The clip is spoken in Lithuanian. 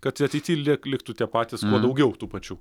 kad ateity lik liktų tie patys kuo daugiau tų pačių